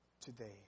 today